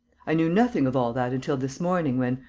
i knew nothing of all that until this morning, when,